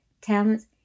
talents